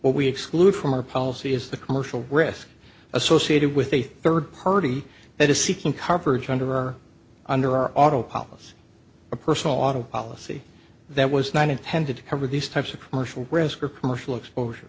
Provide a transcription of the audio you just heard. we exclude from our policy is the commercial risk associated with a third party that is seeking coverage under or under our auto policy a personal auto policy that was not intended to cover these types of commercial risk or commercial exposure